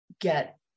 get